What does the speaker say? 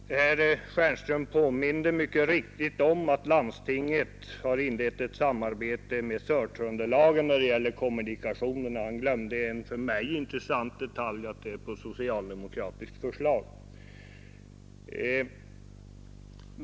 Herr Stjernström påminde mycket riktigt om att landstinget har inlett ett samarbete med Sörtröndelagen när det gäller kommunikationerna. Han glömde en för mig intressant detalj: att det är på socialdemokratiskt förslag.